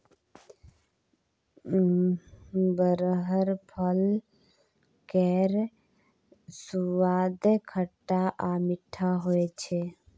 बरहर फल केर सुआद खट्टा आ मीठ होइ छै